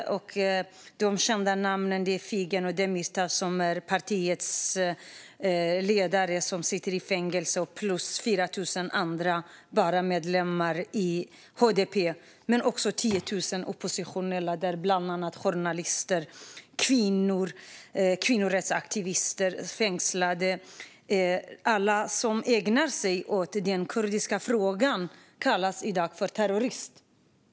De mest kända namnen är Figen och Demirtas, som är partiets ledare och sitter i fängelse tillsammans med 4 000 andra medlemmar i HDP. Det finns också 10 000 oppositionella som är fängslade, däribland journalister och kvinnorättsaktivister. Alla som ägnar sig åt den kurdiska frågan kallas i dag för terrorister.